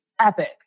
epic